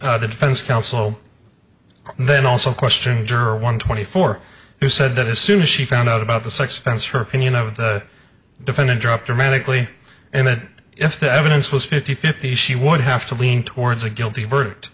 the defense counsel then also question juror one twenty four who said that as soon as she found out about the sex offense her opinion of the defendant dropped dramatically and that if the evidence was fifty fifty she would have to lean towards a guilty verdict